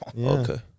Okay